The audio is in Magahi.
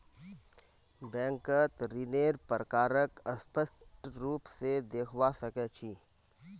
बैंकत ऋन्नेर प्रकारक स्पष्ट रूप से देखवा सके छी